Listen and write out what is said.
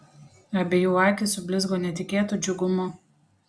abiejų akys sublizgo netikėtu džiugumu